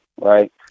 right